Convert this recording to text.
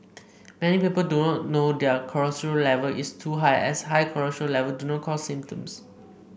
many people do not know their cholesterol level is too high as high cholesterol level do not cause symptoms